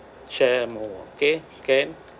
share more okay can